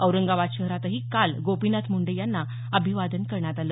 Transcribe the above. औरंगाबाद शहरातही काल गोपीनाथ मुंडे यांना अभिवादन करण्यात आलं